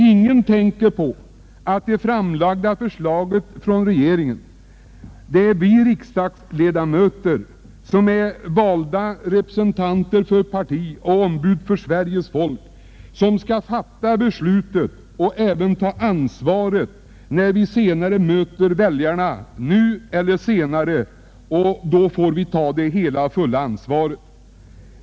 Ingen tänker på att det är vi riksdagsledamöter, valda representanter för partierna och ombud för Sveriges folk, som skall fatta besluten rörande de av regeringen framlagda förslagen och som sedan får ta det hela och fulla ansvaret för när vi möter väljarna.